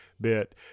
bit